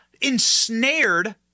ensnared